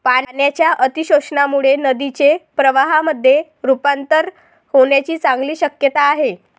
पाण्याच्या अतिशोषणामुळे नदीचे प्रवाहामध्ये रुपांतर होण्याची चांगली शक्यता आहे